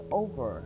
over